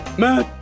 master.